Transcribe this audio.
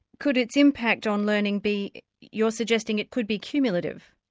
could its impact on learning be you're suggesting it could be cumulative.